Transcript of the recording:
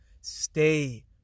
stay